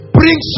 bring